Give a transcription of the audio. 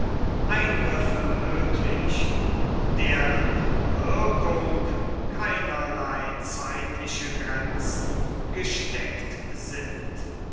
eingriffe möglich deren wirkung keinerlei zeitliche grenzen gesteckt sind